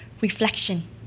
reflection